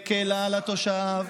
מקילה על התושב.